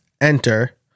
enter